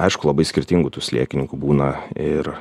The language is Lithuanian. aišku labai skirtingų tų sliekininkų būna ir